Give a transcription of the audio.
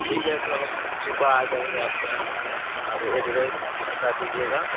ٹھیک ہے تو ہم صبح آ جائیں گے آپ کے یہاں اب ایڈریس بتا دیجیے گا